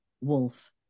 Wolf